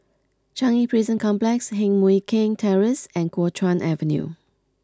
Changi Prison Complex Heng Mui Keng Terrace and Kuo Chuan Avenue